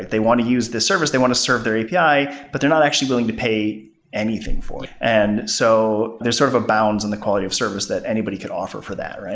they want to use this service. they want to serve their api, but they're not actually willing to pay anything for it. and so, there's sort of a bounds in the quality of service that anybody could offer for that.